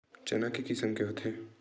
चना के किसम कतका होथे?